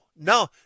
no